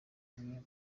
bimwe